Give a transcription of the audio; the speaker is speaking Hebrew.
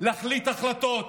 להחליט החלטות,